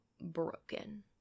broken